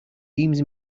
deems